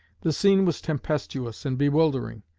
the scene was tempestuous and bewildering.